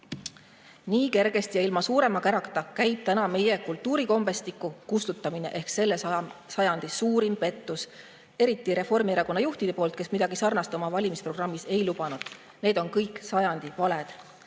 Nii kergesti ja ilma suurema kärata käib täna meie kultuurikombestiku kustutamine ehk selle sajandi suurim pettus eriti Reformierakonna juhtide poolt, kes midagi sarnast oma valimisprogrammis ei lubanud. Need on kõik sajandi valed.